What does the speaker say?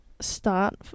start